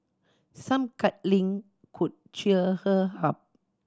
some cuddling could cheer her up